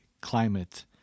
climate